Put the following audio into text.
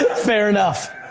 ah fair enough!